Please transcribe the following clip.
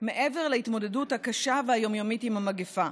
מעבר להתמודדות הקשה והיום-יומית עם המגפה.